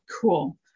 Cool